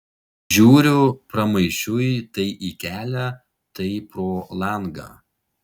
žiūriu pramaišiui tai į kelią tai pro langą